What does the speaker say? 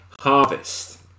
harvest